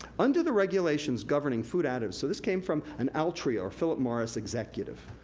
under the regulations governing food additives, so this came from an altria or phillip morris executive,